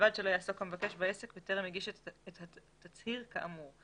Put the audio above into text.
ובלבד שלא יעסוק המבקש בעסק בטרם הגיש את התצהיר כאמור.